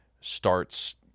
starts